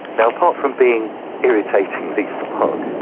now, apart from being irritatingly smug,